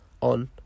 on